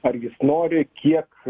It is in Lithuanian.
ar jis nori kiek